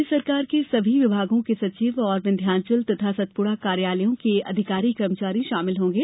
राज्य शासन के सभी विभागों के सचिव और विंध्याचल तथा सतपुड़ा कार्यालयों के अधिकारी कर्मचारी शामिल होंगे